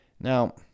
now